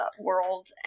world